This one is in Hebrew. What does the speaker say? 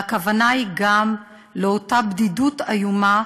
והכוונה היא גם לאותה בדידות איומה,